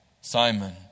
Simon